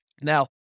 Now